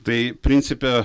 tai principe